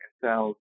cells